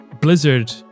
Blizzard